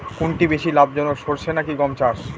কোনটি বেশি লাভজনক সরষে নাকি গম চাষ?